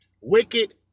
Wicked